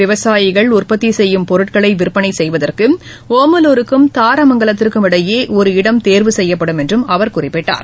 விவசாயிகள் உற்பத்தி செய்யும் பொருட்களை விற்பனை செய்வதற்கு ஒமலூருக்கும் தாரமங்கலத்திற்கும் இடையே ஒரு இடம் தேர்வு செய்யப்படும் என்றும் அவர் குறிப்பிட்டார்